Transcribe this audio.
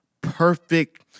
perfect